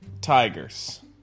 tigers